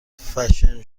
فشن